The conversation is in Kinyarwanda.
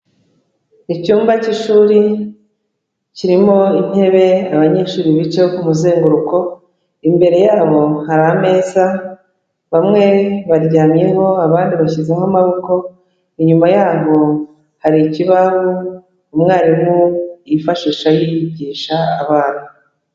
Icyumba cy'ishuri kirimo intebe abanyeshuri bicayeho ku muzenguruko, imbere yabo hari ameza bamwe baryamyeho, abandi bashyizeho amaboko, inyuma yabo hari ikibaho umwarimu yifashisha yigisha abana.